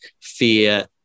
fear